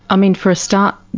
i mean, for a start,